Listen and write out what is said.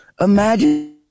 Imagine